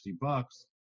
bucks